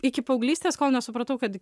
iki paauglystės kol nesupratau kad